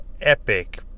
epic